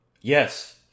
Yes